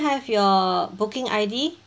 have your booking I_D